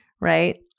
right